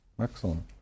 Excellent